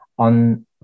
on